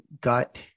gut